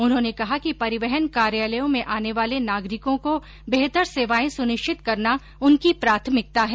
उन्होंने कहा कि परिवहन कार्यालयों में आने वाले नागरिकों को बेहतर सेवाए सुनिष्वित करना उनकी प्राथमिकता है